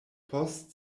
post